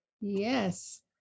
Yes